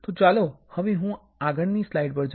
તો ચાલો હવે હું આગળની સ્લાઈડ પર જાઉ